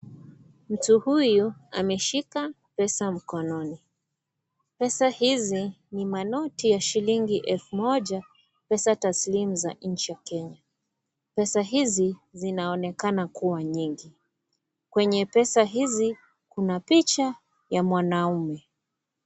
Mtu huyu, ameshika, pesa mkononi, pesa hizi, ni manoti ya shilingi elfu moja, pesa taslimu za nchi ya Kenya, pesa hizi, zinaonekana kuwa nyingi, kwenye pesa hizi, kuna picha, ya mwanaume.